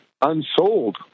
unsold